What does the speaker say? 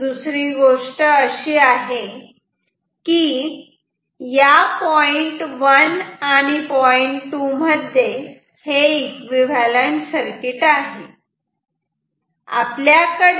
तसेच दुसरी गोष्ट अशी की या पॉईंट 1 आणि पॉईंट 2 मध्ये हे एकविव्हॅलंट सर्किट आहे